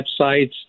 websites